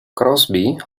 crosby